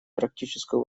практическую